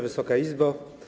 Wysoka Izbo!